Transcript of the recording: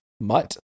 Mutt